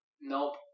Nope